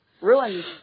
ruins